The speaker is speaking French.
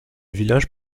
village